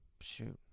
shoot